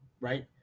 right